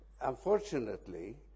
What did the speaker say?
unfortunately